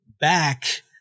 back